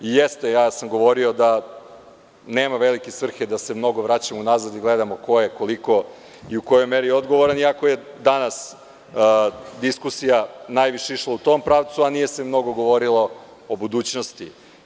Govorio sam da nema velike svrhe da se mnogo vraćamo unazad i gledamo ko je i u kolikoj meri odgovoran, iako je danas diskusija najviše išla u tom pravcu, a nije se mnogo govorilo o budućnosti.